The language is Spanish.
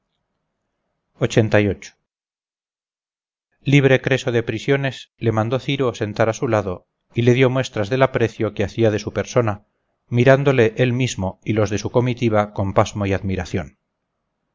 así lo quiso libre creso de prisiones le mandó ciro sentar a su lado y le dio muestras del aprecio que hacía de su persona mirándole él mismo y los de su comitiva con pasmo y admiración